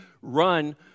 run